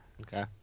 Okay